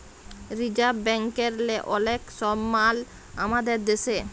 reserve ব্যাংকেরলে অলেক সমমাল আমাদের দ্যাশে